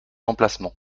emplacement